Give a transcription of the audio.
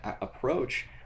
approach